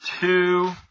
two